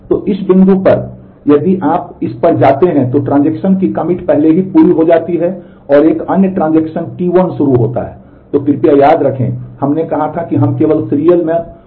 तो इस बिंदु पर यदि आप इस पर जाते हैं तो ट्रांजेक्शन T1 शुरू होता है तो कृपया याद रखें कि हमने कहा है कि हम केवल सीरियल मा शेड्यूल का उपयोग कर रहे हैं